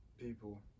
people